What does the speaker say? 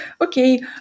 okay